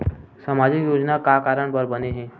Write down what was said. सामाजिक योजना का कारण बर बने हवे?